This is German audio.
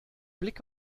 blick